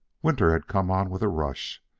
winter had come on with a rush,